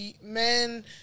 men